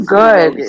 good